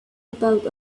about